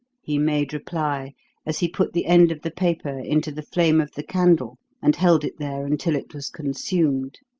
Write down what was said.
he made reply as he put the end of the paper into the flame of the candle and held it there until it was consumed.